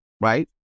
right